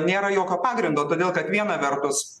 nėra jokio pagrindo todėl kad viena vertus